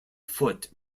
foot